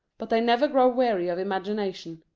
but they never grow weary of imagination.